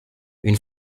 une